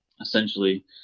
essentially